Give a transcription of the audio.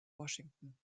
washington